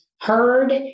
heard